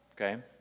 Okay